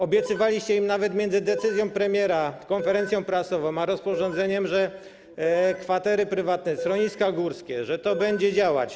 Obiecywaliście nawet - między decyzją premiera, konferencją prasową a rozporządzeniem - że kwatery prywatne, schroniska górskie będą działać.